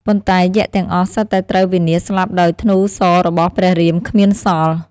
ប៉ុន្តែយក្សទាំងអស់ សុទ្ធតែត្រូវវិនាសស្លាប់ដោយធ្នូរសររបស់ព្រះរាមគ្មានសល់។